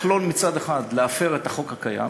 מצד אחד לא להפר את החוק הקיים,